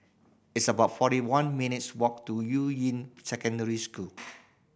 it's about forty one minutes' walk to Yuying Secondary School